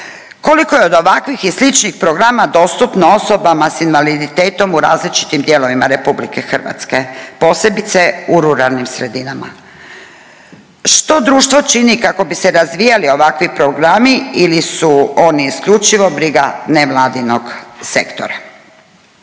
Koliko je od ovakvih i sličnih programa dostupno osobama sa invaliditetom u različitim dijelovima Republike Hrvatske posebice u ruralnim sredinama? Što društvo čini kako bi se razvijali ovakvi programi ili su oni isključivo briga nevladinog sektora?